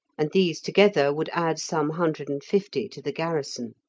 and these together would add some hundred and fifty to the garrison.